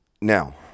Now